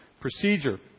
procedure